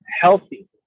healthy